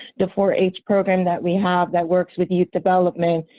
the four h program that we have that works with youth development,